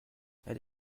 elle